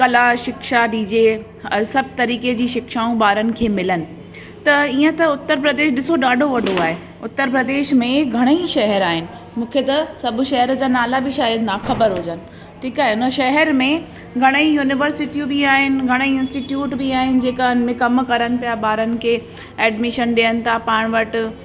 कला शिक्षा ॾिजे और सभु तरीक़े जी शिक्षाऊं बारनि खे मिलनि त इअं त उत्तर प्रदेश ॾिसो ॾाढो वॾो आहे उत्तर प्रदेश में घणेई शहर आहिनि मूंखे त सभु शहर जा नाला बि शायदि न ख़बर हुजनि ठीकु आहे हुन शहर में घणेई यूनिवर्सिटियूं बि आहिनि घणेई इंस्टिट्यूट बि आहिनि जेका हुन में का कमु करनि पिया बारनि खे एडमिशन ॾियनि था पाणि वटि